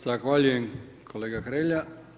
Zahvaljujem kolega Hrelja.